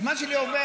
הזמן שלי עובר?